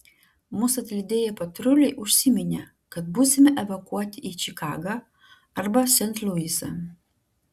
mus atlydėję patruliai užsiminė kad būsime evakuoti į čikagą arba sent luisą